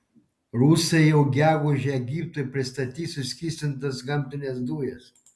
rusai jau gegužę egiptui pristatys suskystintas gamtines dujas